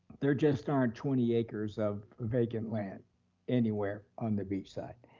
there just aren't twenty acres of vacant land anywhere on the beach side.